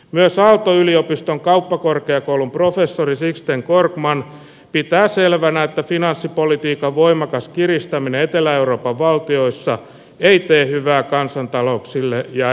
myös aalto yliopiston kauppakorkeakoulun professori sixten korkman pitää selvänä että finanssipolitiikan voimakas kiristäminen etelä euroopan valtioissa ei tee hyvää kansantalouksille ja